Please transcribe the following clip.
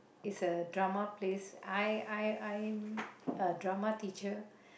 it's a drama place I I I'm a drama teacher